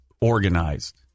organized